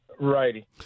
Righty